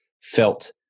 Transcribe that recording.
felt